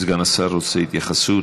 סגן השר רוצה התייחסות.